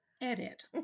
edit